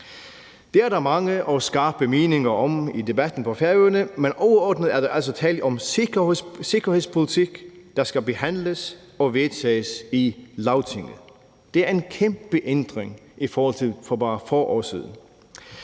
Det er der mange og skarpe meninger om i debatten på Færøerne, men overordnet er der altså tale om sikkerhedspolitik, der skal behandles og vedtages i Lagtinget. Det er en kæmpe ændring i forhold til for bare få år siden.